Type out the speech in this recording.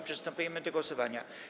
Przystępujemy do głosowania.